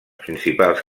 principals